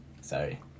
Sorry